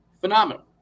phenomenal